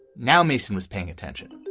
now, mason was paying attention.